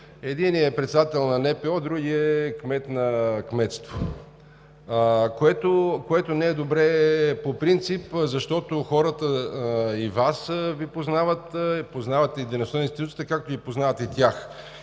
единият е председател на НПО, другият е кмет на кметство, което не е добре по принцип, защото хората Ви познават, познават и дейността на институцията, както познават и тях.